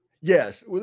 Yes